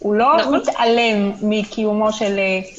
הוא לא מתעלם מקיומו של חוק חובת מכרזים.